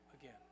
again